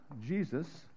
Jesus